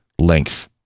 length